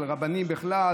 על רבנים בכלל,